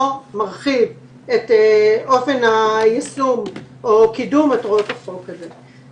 מרחיב את אופן היישום או קידום מטרות החוק הזה.